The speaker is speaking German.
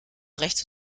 rechts